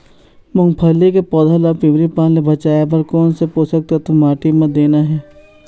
मुंगफली के पौधा ला पिवरी पान ले बचाए बर कोन से पोषक तत्व माटी म देना हे?